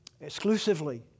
exclusively